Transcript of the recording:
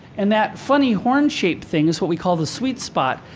and that funny horn-shaped thing is what we call the sweet spot.